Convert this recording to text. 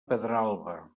pedralba